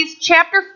chapter